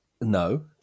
no